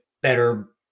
better